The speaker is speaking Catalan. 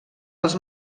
els